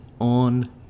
on